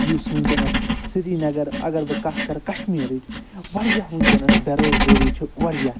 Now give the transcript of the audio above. یُس وٕنۍکٮ۪نَس سرینَگر اگر بہٕ کتھ کَرٕ کَشمیٖرٕچ واریاہ وٕنۍکٮ۪نَس بے روزگٲری چھِ واریاہ